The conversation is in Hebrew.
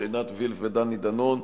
עינת וילף ודני דנון.